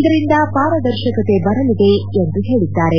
ಇದರಿಂದ ಪಾರದರ್ಶಕತೆ ಬರಲಿದೆ ಎಂದು ಹೇಳಿದ್ದಾರೆ